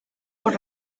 por